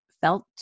felt